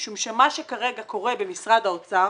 משום שמה שכרגע קורה במשרד האוצר,